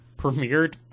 premiered